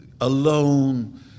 alone